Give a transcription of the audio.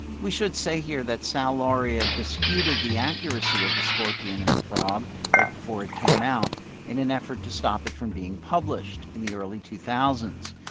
we should say here that sal lauria disputed the accuracy of the scorpion and the frog right before it came out in an effort to stop it from being published in the early two thousand